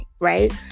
right